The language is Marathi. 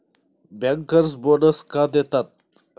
बँकर्स बोनस का देतात?